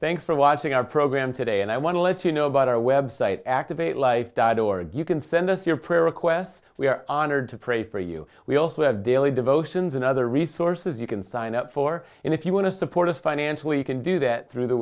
thanks for watching our program today and i want to let you know about our web site activate life died or you can send us your prayer requests we are honored to pray for you we also have daily devotions and other resources you can sign up for and if you want to support us financially you can do that through the